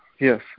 yes